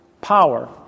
Power